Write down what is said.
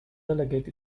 delegate